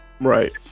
right